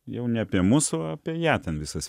jau ne apie mus o apie ją ten visas